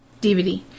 DVD